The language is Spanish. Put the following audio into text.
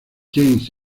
james